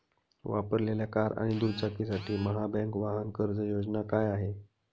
वापरलेल्या कार आणि दुचाकीसाठी महाबँक वाहन कर्ज योजना काय आहे?